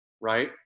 Right